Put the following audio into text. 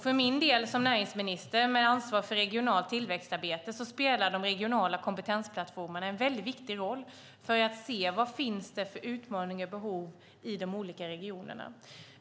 För min del, som näringsminister med ansvar för regionalt tillväxtarbete, spelar de regionala kompetensplattformarna en väldigt viktig roll för att vi ska se vad det finns för utmaningar och behov i de olika regionerna.